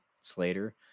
Slater